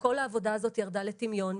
כל העבודה הזאת ירדה לטמיון,